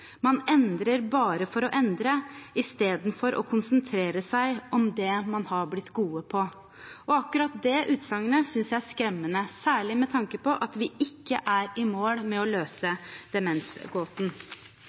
Man endrer bare for å endre istedenfor å konsentrere seg om det man er blitt gode på.» Akkurat det utsagnet synes jeg er skremmende, særlig med tanke på at vi ikke er i mål med å